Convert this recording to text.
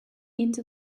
into